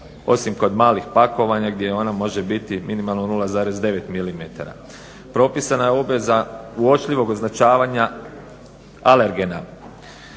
osim kod malih pakovanja gdje ona može biti minimalno 0,9 mm. Propisana je obveza uočljivog označavanja alergena